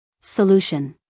Solution